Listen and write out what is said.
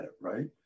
right